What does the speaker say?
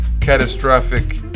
catastrophic